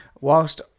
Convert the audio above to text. whilst